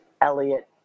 Elliot